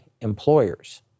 employers